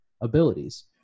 abilities